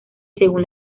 según